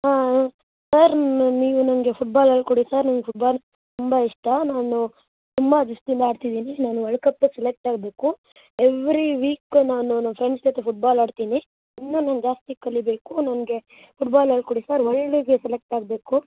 ಹಾಂ ಸರ್ ನೀವು ನನಗೆ ಫುಟ್ಬಾಲ್ ಹೇಳಿ ಕೊಡಿ ಸರ್ ನನಗೆ ಫುಟ್ಬಾಲ್ ತುಂಬ ಇಷ್ಟ ನಾನು ತುಂಬ ದಿಸ್ದಿಂದ ಆಡ್ತಿದ್ದೀನಿ ನಾನು ವಲ್ಡ್ ಕಪ್ಪಿಗೆ ಸೆಲೆಕ್ಟ್ ಆಗಬೇಕು ಎವ್ರಿ ವೀಕ್ ನಾನು ನನ್ನ ಫ್ರೆಂಡ್ಸ್ ಜೊತೆ ಫುಟ್ಬಾಲ್ ಆಡ್ತೀನಿ ಇನ್ನೂ ನಾನು ಜಾಸ್ತಿ ಕಲಿಬೇಕು ನನಗೆ ಫುಟ್ಬಾಲ್ ಹೇಳಿ ಕೊಡಿ ಸರ್ ವಲ್ಡಿಗೆ ಸೆಲೆಕ್ಟ್ ಆಗಬೇಕು